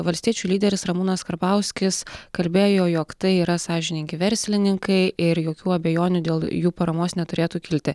valstiečių lyderis ramūnas karbauskis kalbėjo jog tai yra sąžiningi verslininkai ir jokių abejonių dėl jų paramos neturėtų kilti